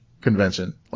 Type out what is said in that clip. convention